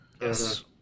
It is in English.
Yes